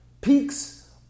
Peaks